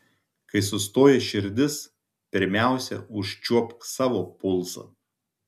kai sustoja širdis pirmiausia užčiuopk savo pulsą